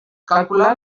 calcular